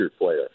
player